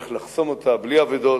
איך לחסום אותה בלי אבדות.